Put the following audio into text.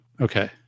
Okay